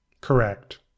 Correct